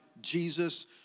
Jesus